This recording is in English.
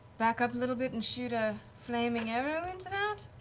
back up a little bit and shoot a flaming arrow into that?